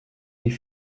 die